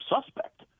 suspect